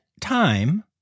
time